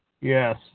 Yes